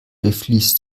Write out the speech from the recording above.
durchfließt